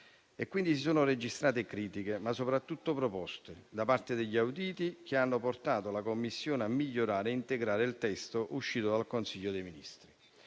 necessari. Si sono registrate critiche, ma soprattutto proposte, da parte degli auditi, che hanno portato la Commissione a migliorare e integrare il testo uscito dal Consiglio dei ministri.